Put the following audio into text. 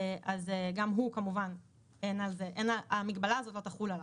אז כמובן המגבלה לא תחול עליו,